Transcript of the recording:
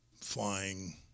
flying